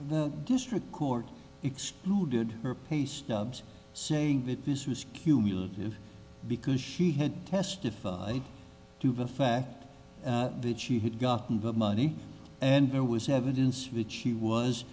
the district court excluded her paystubs saying that this was cumulative because she had testified to the fact that she had gotten bit money and there was evidence which she was